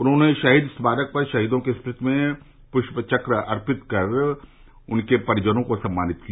उन्होंने शहीद स्मारक पर शहीदों की स्मृति में पृष्पचक्र अर्पित कर उनके परिजनों को सम्मानित किया